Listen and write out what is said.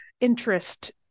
interest